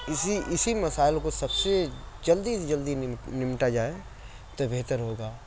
اِسی اِسی مسائل کو سب سے جلدی جلدی نمٹا جائے تو بہتر ہوگا